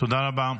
תודה רבה.